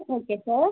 okay sir